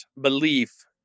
belief